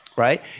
Right